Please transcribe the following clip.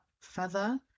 feather